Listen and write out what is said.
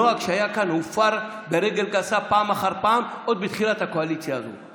נוהג שהיה כאן הופר ברגל גסה פעם אחר פעם עוד בתחילת הקואליציה הזאת.